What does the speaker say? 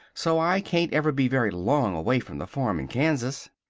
so i can't ever be very long away from the farm in kansas.